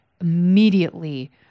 immediately